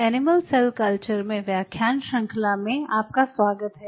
animal cell culture में व्याख्यान श्रृंखला में आपका स्वागत है